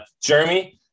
Jeremy